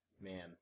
Man